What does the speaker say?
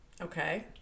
Okay